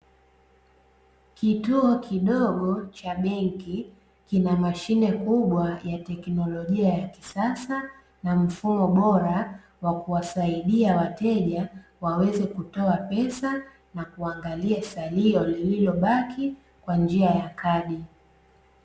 Kituo kidogo cha benki kina mashine kubwa ya teknolojia ya kisasa na mfumo bora wa kuwasaidia wateja waweze kutoa pesa na kuangalia salio lililobaki kwa njia ya kadi.